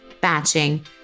batching